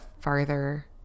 farther